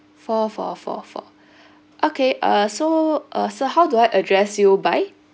four four four four okay uh so uh so how do I address you by